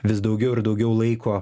vis daugiau ir daugiau laiko